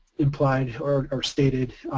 implied or stated,